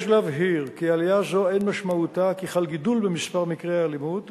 יש להבהיר כי עלייה זו אין משמעותה כי חל גידול במספר מקרי האלימות,